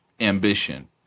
ambition